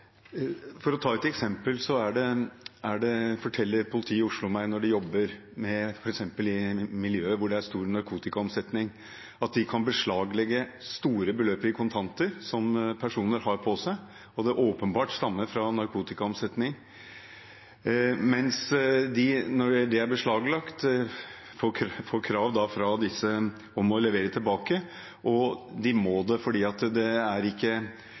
For å ta et eksempel: Politiet i Oslo forteller meg at når de jobber med f.eks. miljøer hvor det er stor narkotikaomsetning, kan de beslaglegge store beløp i kontanter som personer har på seg, og som åpenbart stammer fra narkotikaomsetning. Men når det er beslaglagt, får de krav fra disse personene om å levere tilbake, og det må de, for slik straffereglene om utvidet inndragning i § 68 i straffeloven er i dag, må det